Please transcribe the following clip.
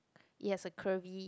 yes a curvy